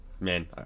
Man